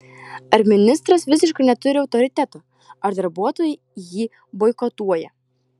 ar ministras visiškai neturi autoriteto ar darbuotojai jį boikotuoja